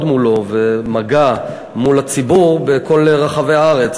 מולו ומגע מול הציבור בכל רחבי הארץ,